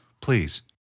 Please